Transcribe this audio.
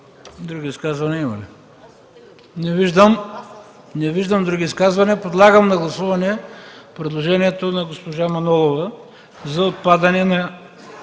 Други изказвания има ли? Не виждам. Подлагам на гласуване предложението на госпожа Манолова за отпадане на